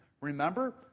Remember